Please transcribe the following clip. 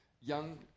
young